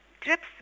trips